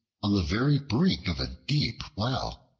on the very brink of a deep well.